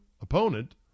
opponent